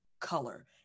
color